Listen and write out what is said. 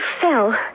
fell